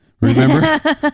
Remember